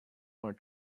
our